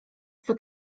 for